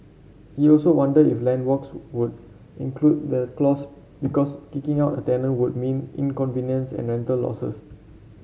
he also wondered if landlords would include the clause because kicking out a tenant would mean inconvenience and rental losses